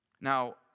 Now